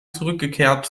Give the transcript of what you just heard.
zurückgekehrt